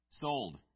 Sold